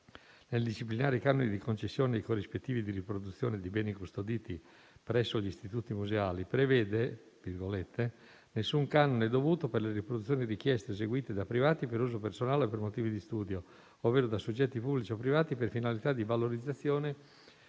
nel disciplinare i canoni di concessione dei corrispettivi di riproduzione di beni custoditi presso gli istituti museali, prevede che «Nessun canone è dovuto per le riproduzioni richieste o eseguite da privati per uso personale o per motivi di studio, ovvero da soggetti pubblici o privati per finalità di valorizzazione, purché attuate